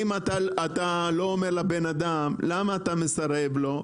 אם אתה לא אומר לבן אדם למה אתה מסרב לו,